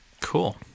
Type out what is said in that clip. Cool